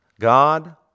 God